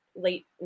late